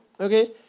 Okay